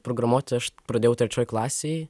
programuoti aš pradėjau trečioj klasėj